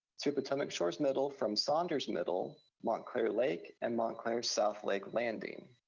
to potomac shores middle from saunders middle, montclair lake and montclair southlake landing.